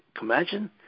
Imagine